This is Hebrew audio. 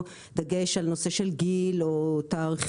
דגש על נושא של גיל או תאריכים,